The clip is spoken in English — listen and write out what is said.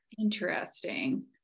Interesting